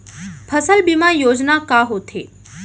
फसल बीमा योजना का होथे?